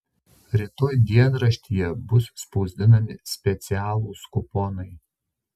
rytoj dienraštyje bus spausdinami specialūs kuponai